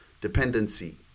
dependency